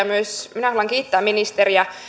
myös minä haluan kiittää ministeriä